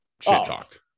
shit-talked